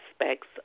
aspects